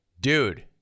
Dude